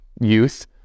youth